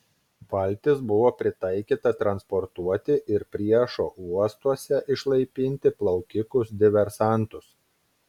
valtis buvo pritaikyta transportuoti ir priešo uostuose išlaipinti plaukikus diversantus